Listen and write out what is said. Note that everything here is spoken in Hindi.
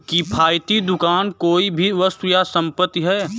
किफ़ायती दुकान कोई भी वस्तु या संपत्ति है